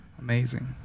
amazing